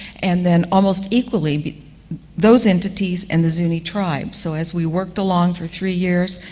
and then almost equally those entities and the zuni tribe. so, as we worked along for three years,